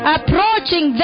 Approaching